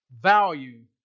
Value